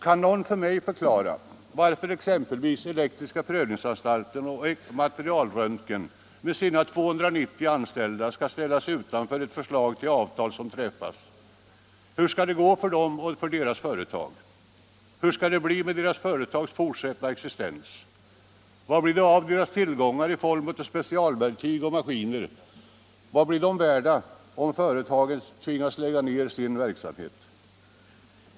Kan någon förklara för mig varför exempelvis Elektriska Prövningsanstalten och AB Materialröntgen med sina 290 anställda skall ställas utanför det förslag till avtal som träffats? Hur skall det gå för dessa anställda och deras företag? Hur skall det bli med dessa företags fortsatta existens? Vad blir det av deras tillgångar i form av specialverktyg och maskiner? Vad blir de värda, om företagen tvingas att lägga ned sin verksamhet?